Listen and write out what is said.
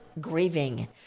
grieving